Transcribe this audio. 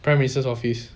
prime minister's office